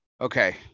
Okay